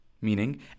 Meaning